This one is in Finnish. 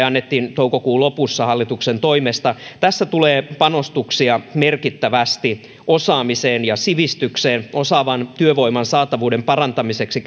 annettiin toukokuun lopussa hallituksen toimesta tässä tulee panostuksia merkittävästi osaamiseen ja sivistykseen osaavan työvoiman saatavuuden parantamiseksi